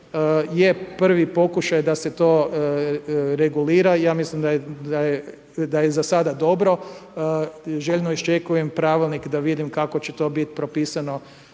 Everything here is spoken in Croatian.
jer prvi pokušaj da se to regulira i ja mislim da je za sada dobro. Željno iščekujem pravo da vidim kako će to biti propisano